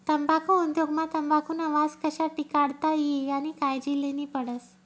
तम्बाखु उद्योग मा तंबाखुना वास कशा टिकाडता ई यानी कायजी लेन्ही पडस